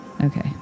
okay